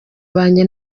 banjye